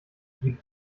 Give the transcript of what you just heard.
gibt